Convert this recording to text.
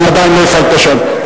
אני עדיין לא הפעלתי את השעון.